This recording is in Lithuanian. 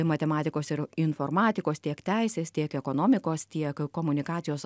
matematikos ir informatikos tiek teisės tiek ekonomikos tiek komunikacijos